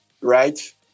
right